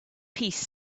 piece